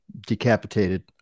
decapitated